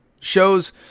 Shows